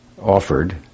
offered